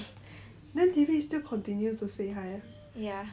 ya